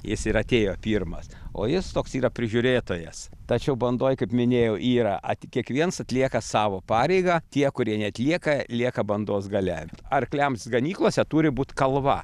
jis ir atėjo pirmas o jis toks yra prižiūrėtojas tačiau bandoj kaip minėjau yra at kiekviens atlieka savo pareigą tie kurie neatlieka lieka bandos gale arkliams ganyklose turi būt kalva